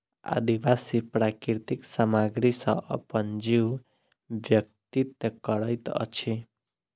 आदिवासी प्राकृतिक सामग्री सॅ अपन जीवन व्यतीत करैत अछि